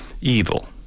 Evil